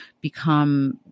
become